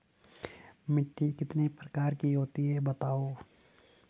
मिट्टी कितने प्रकार की होती हैं बताओ?